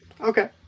Okay